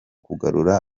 kugarura